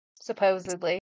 supposedly